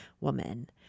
woman